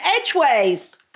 Edgeways